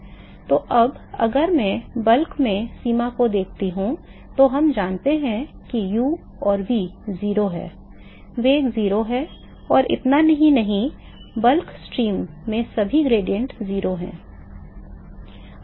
तो अब अगर मैं थोक में समीकरण को देखता हूं तो हम जानते हैं कि u और v 0 हैं वेग 0 हैं और इतना ही नहीं बल्क स्ट्रीम में सभी ग्रेडिएंट 0 हैं